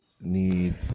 need